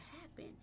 happen